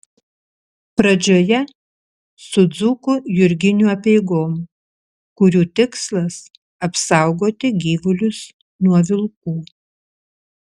pradžioje su dzūkų jurginių apeigom kurių tikslas apsaugoti gyvulius nuo vilkų